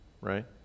Right